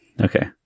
Okay